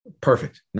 Perfect